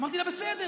אמרתי לה: בסדר.